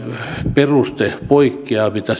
peruste poikkeaa siitä mitä